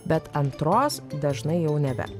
bet antros dažnai jau nebe